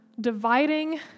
Dividing